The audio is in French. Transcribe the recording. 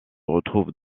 retrouve